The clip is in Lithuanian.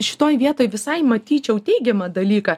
šitoje vietoj visai matyčiau teigiamą dalyką